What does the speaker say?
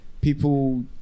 people